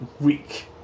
week